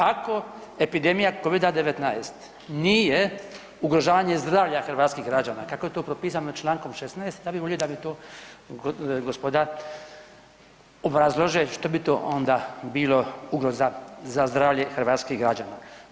Ako epidemija covid-19 nije ugrožavanje hrvatskih građana kako je to propisano čl. 16. ja bi volio da mi to gospoda obrazlože što bi to onda bilo ugroza za zdravlje hrvatskih građana.